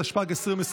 התשפ"ג 2023,